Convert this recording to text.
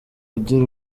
ugira